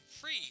free